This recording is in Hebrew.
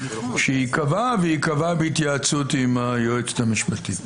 שייקבע וייקבע בהתייעצות עם היועצת המשפטית לממשלה.